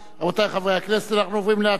רבותי חברי הכנסת, אנחנו עוברים להצעת